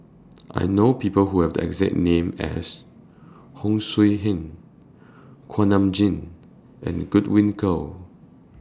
I know People Who Have The exact name as Hon Sui Hen Kuak Nam Jin and Godwin Koay